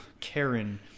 karen